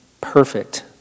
perfect